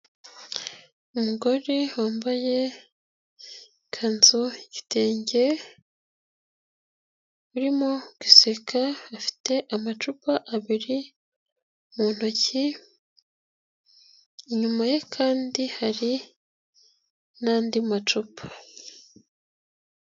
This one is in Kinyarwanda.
Umugore wambaye ikanzu y'igitenge urimo guseka, afite amacupa abiri mu ntoki, inyuma ye kandi hari n'andi macupa.